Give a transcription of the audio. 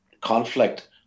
conflict